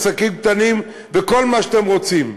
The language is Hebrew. עסקים קטנים וכל מה שאתם רוצים.